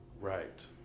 Right